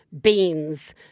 beans